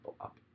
up